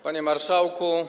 Panie Marszałku!